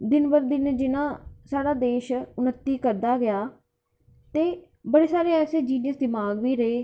जियां जियां साढ़ा देश उन्नति करदा गेआ बड़े सारे ऐसे जीनियस दमाग बी रेह्